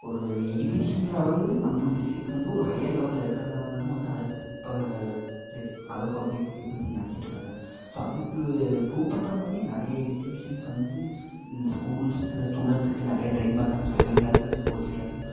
ஒரு எஜுகேஷன் லெவலில் நம்ம டிஸ்டிக்ஸ் வந்து ஒரு ஹையர் லெவலில் இருக்கிறதால தான் வந்து அதர்ஸ் இப்போ அதர் பப்ளிக் பீப்பிள்ஸ் நினச்சிட்ருக்காங்க ஸோ அது பு ப்ரூ பண்ணுற மாதிரியே நிறைய இன்ஸ்டியூஷன்ஸ் வந்து ஸ்கூல்ஸ்சில் ஸ்டூடண்ட்ஸுக்கு நிறைய ட்ரெயின் பண்ணுறாங்க ஸ்பெஷல் கிளாஸஸ் கோச்சிங் கிளாஸு